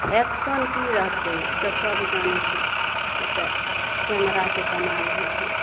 action की रहतै ओ तऽ सभ जानै छै ओतऽ कैमराके कमाल होइ छै